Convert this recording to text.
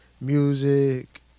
music